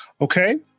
Okay